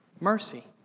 Mercy